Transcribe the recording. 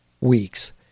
weeks